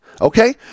Okay